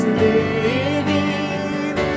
living